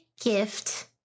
gift